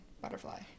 butterfly